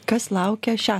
kas laukia šią